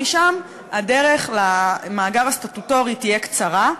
משם הדרך למאגר הסטטוטורי תהיה קצרה.